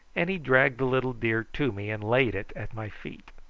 and he dragged the little deer to me and laid it at my feet.